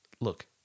look